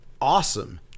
awesome